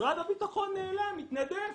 משרד הביטחון נעלם, התאדה.